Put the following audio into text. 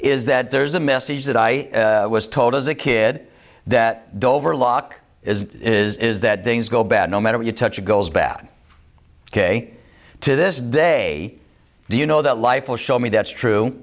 is that there's a message that i was told as a kid that dover lock is is that things go bad no matter what you touch it goes bad ok to this day do you know that life will show me that's true